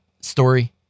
story